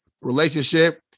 relationship